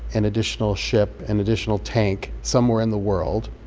an additional ship, an additional tank somewhere in the world,